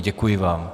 Děkuji vám.